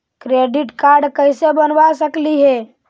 Credit card कैसे बनबा सकली हे?